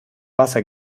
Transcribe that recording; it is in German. wasser